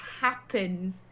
happen